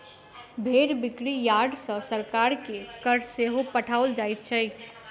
भेंड़ बिक्री यार्ड सॅ सरकार के कर सेहो पठाओल जाइत छै